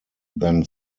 then